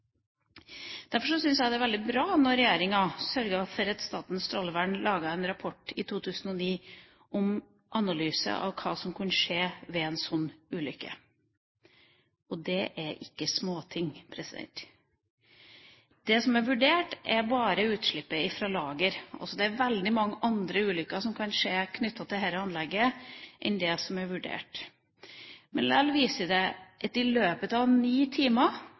Derfor syns jeg det er veldig bra at regjeringa sørget for at Statens strålevern i 2009 laget en rapport med en analyse av hva som kan skje ved en ulykke. Det er ikke småting! Det som er vurdert, er bare utslipp fra lager. Det er veldig mange andre ulykker som kan skje ved dette anlegget, enn de som er vurdert. Men det viser likevel at vi i løpet av ni timer